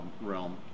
realm